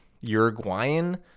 Uruguayan